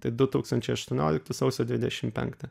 tai du tūkstančiai aštuonioliktų sausio dvidešim penktą